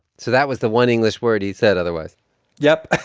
so that was the one english word he said otherwise yep.